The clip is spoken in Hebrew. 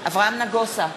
אברהם נגוסה,